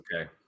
okay